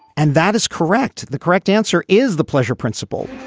and that is correct. the correct answer is the pleasure principle